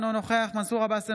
אינו נוכח מנסור עבאס,